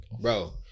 bro